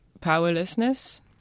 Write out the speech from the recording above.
powerlessness